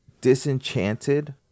Disenchanted